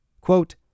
Quote